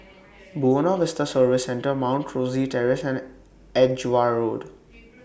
Buona Vista Service Centre Mount Rosie Terrace and Edgware Road